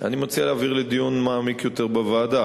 אני מציע להעביר לדיון מעמיק יותר בוועדה,